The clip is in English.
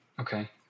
Okay